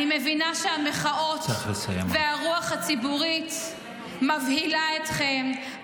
אני מבינה שהמחאות והרוח הציבורית מבהילות אתכם,